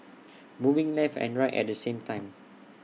moving left and right at the same time